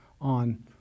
on